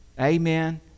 Amen